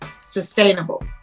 sustainable